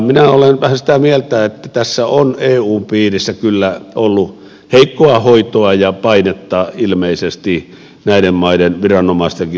minä olen vähän sitä mieltä että tässä on eun piirissä kyllä ollut heikkoa hoitoa ja painetta ilmeisesti näiden maiden viranomaistenkin suuntaan